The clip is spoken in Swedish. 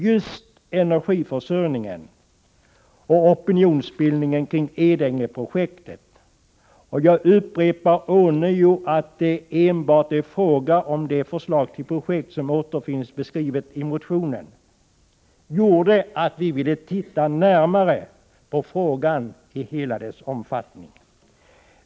Just energiförsörjningen och opinionsbildningen kring Edänge projektet — och jag upprepar ånyo att det enbart är fråga om det förslag till projekt som återfinns beskrivet i motionen — gjorde att vi ville se närmare på frågan i hela dess omfattning.